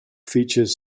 features